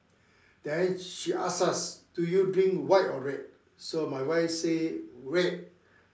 then she ask us do you drink white or red so my wife say red